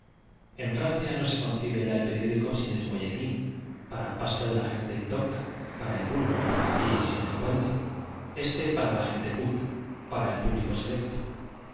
en w'rancia no se con cibe ya el periódico sin el folletín para pasto de la gente indocta para el vulgo y sin el cuento éste para la gente culta para el público selecto